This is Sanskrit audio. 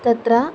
तत्र